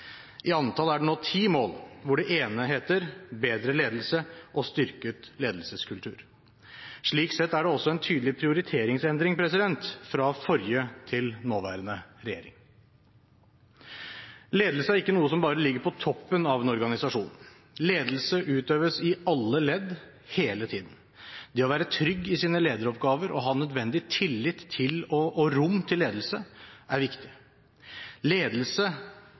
I antall er det nå ti mål, hvor det ene heter: Bedre ledelse og styrket ledelseskultur. Slik sett er det også en tydelig prioriteringsendring fra forrige til nåværende regjering. Ledelse er ikke noe som bare ligger på toppen av en organisasjon. Ledelse utøves i alle ledd, hele tiden. Det å være trygg i sine lederoppgaver og ha nødvendig tillit til og rom for ledelse er viktig. Ledelse